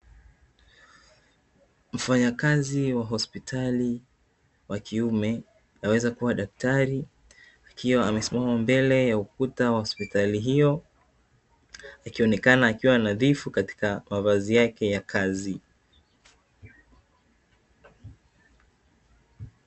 Mfanyakazi wa hospitali wa kiume, aweza kuwa daktari akiwa amesimama mbele ya ukuta wa hospitali hiyo, akionekana akiwa anadhifu katika mavazi yake ya kazi.